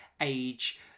age